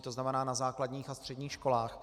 To znamená na základních a středních školách.